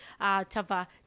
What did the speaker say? Tava